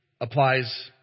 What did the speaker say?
applies